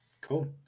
cool